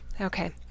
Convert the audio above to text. Okay